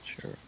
Sure